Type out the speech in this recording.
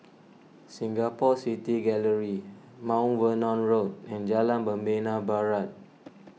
Singapore City Gallery Mount Vernon Road and Jalan Membina Barat